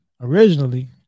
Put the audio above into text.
Originally